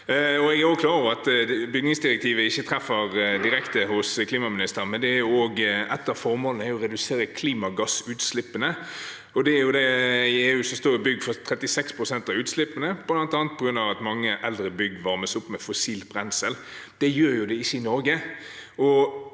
Jeg er også klar over at bygningsenergidirektivet ikke treffer direkte hos klimaministeren, men et av formålene er jo å redusere klimagassutslippene. I EU står bygg for 36 pst. av utslippene, bl.a. på grunn av at mange eldre bygg varmes opp med fossilt brensel. Det gjøres ikke i Norge.